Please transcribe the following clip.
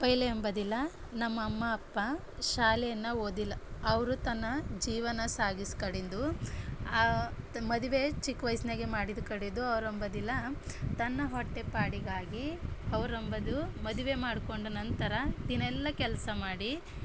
ಪೆಹ್ಲೆ ಎಂಬುದಿಲ್ಲ ನಮ್ಮಮ್ಮ ಅಪ್ಪ ಶಾಲೆಯನ್ನು ಓದಿಲ್ಲ ಅವರು ತನ್ನ ಜೀವನ ಸಾಗಿಸ್ಕಡಿಂದು ಮದುವೆ ಚಿಕ್ಕ ವಯಸ್ನಾಗೆ ಮಾಡಿದ್ದು ಕಡೆದು ಅವರಂಬುದಿಲ್ಲ ತನ್ನ ಹೊಟ್ಟೆ ಪಾಡಿಗಾಗಿ ಅವರಂಬುದು ಮದುವೆ ಮಾಡ್ಕೊಂಡ ನಂತರ ದಿನ ಎಲ್ಲ ಕೆಲಸ ಮಾಡಿ